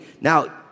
Now